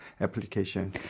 application